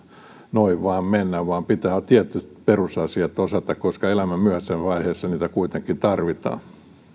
noin vain mennä vaan pitää tietyt perusasiat osata koska elämän myöhäisemmässä vaiheessa niitä kuitenkin tarvitaan